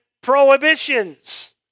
prohibitions